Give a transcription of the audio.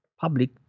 public